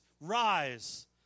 rise